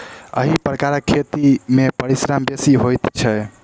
एहि प्रकारक खेती मे परिश्रम बेसी होइत छै